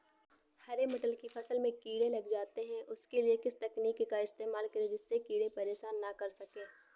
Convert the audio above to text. हरे मटर की फसल में कीड़े लग जाते हैं उसके लिए किस तकनीक का इस्तेमाल करें जिससे कीड़े परेशान ना कर सके?